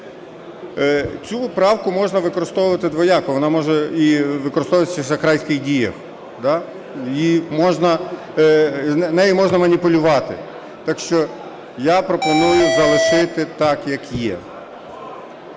Цю правку можна використовувати двояко: вона може використовуватися і в шахрайських діях, нею можна маніпулювати. Так що я пропоную залишити так, як є.